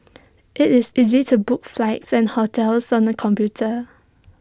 IT is easy to book flights and hotels on the computer